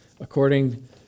according